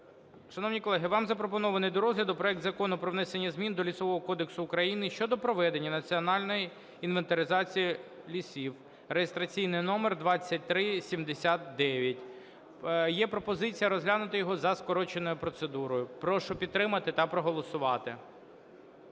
Шановні колеги, вам запропонований до розгляну проект Закону про внесення змін до Лісового кодексу України щодо проведення національної інвентаризації лісів (реєстраційний номер 2379). Є пропозиція розглянути його за скороченою процедурою. Прошу підтримати та проголосувати.